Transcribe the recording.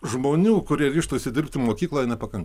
žmonių kurie ryžtųsi dirbti mokykloj nepakanka